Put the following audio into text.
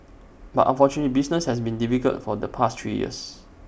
but unfortunately business has been difficult for the past three years